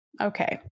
Okay